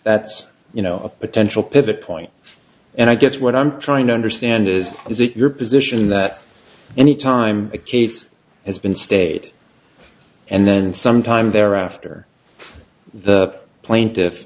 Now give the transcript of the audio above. that's you know a potential pivot point and i guess what i'm trying to understand is is it your position that any time a case has been state and then sometime thereafter the plaintiff